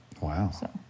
Wow